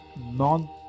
non